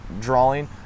drawing